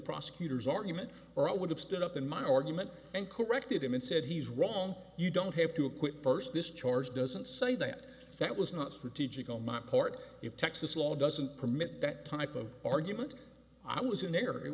prosecutors argument or i would have stood up in my argument and corrected him and said he's wrong you don't have to acquit first this charge doesn't say that that was not strategic on my part if texas law doesn't permit that type of argument i was in